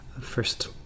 first